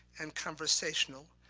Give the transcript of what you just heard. and conversational,